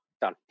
done